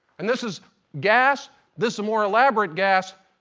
and this is gas, this is more elaborate gas.